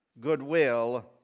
goodwill